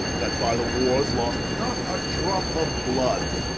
that by the wars lost not a drop of blood,